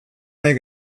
nahi